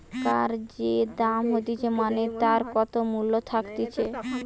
টাকার যে দাম হতিছে মানে তার কত মূল্য থাকতিছে